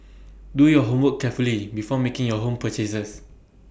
do your homework carefully before making your home purchases